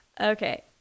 okay